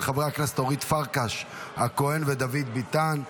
של חברי הכנסת אורית פרקש הכהן ודוד ביטן.